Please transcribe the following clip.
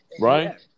right